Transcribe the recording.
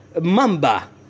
Mamba